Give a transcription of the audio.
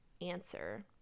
answer